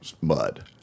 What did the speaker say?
mud